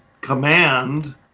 command